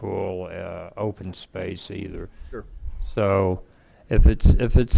pool open space either so if it's if it's